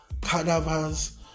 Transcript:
cadavers